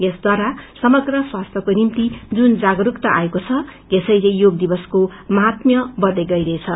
यसद्वारा समग्र स्वास्थ्यको निम्ति जुन जागरूकता आएको छ यसैले योग दिवसको माहात्म्य बढ़दै गइरहेछ